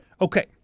Okay